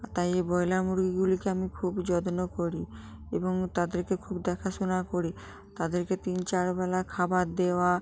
তাই এই ব্রয়লার মুরগিগুলিকে আমি খুব যত্ন করি এবং তাদেরকে খুব দেখাশোনা করি তাদেরকে তিন চারবেলা খাবার দেওয়া